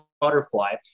butterfly